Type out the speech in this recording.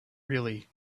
really